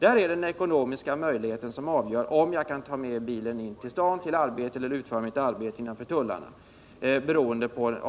Här blir det den ekonomiska förmågan som avgör om jag skall kunna använda bilen för att resa till mitt arbete inom tullarna.